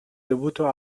dovuto